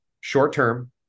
short-term